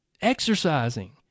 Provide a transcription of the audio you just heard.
Exercising